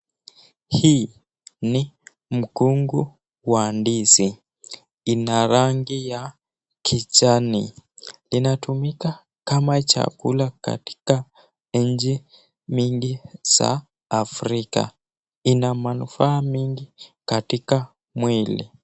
Hii ni mkungu wa ndizi. Ina rangi ya kijani, inatumika kama chakula katika nchi mingi za Africa. Ina manufaa mingi katika mwili.